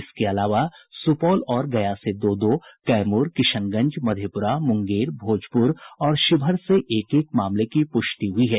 इसके अलावा सुपौल और गया से दो दो कैमूर किशनगंज मधेपुरा मुंगेर भोजपुर और शिवहर से एक एक मामले की पुष्टि हुई है